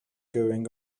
going